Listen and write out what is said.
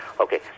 Okay